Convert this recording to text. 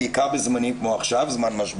בעיקר בזמני משבר,